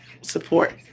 support